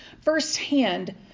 firsthand